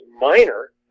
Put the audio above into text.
minor